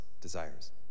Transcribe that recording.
desires